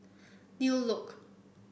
New Look